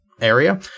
area